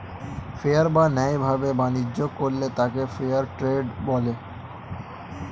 fair বা ন্যায় ভাবে বাণিজ্য করলে তাকে ফেয়ার ট্রেড বলে